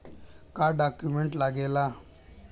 का डॉक्यूमेंट लागेला?